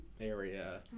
area